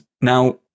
Now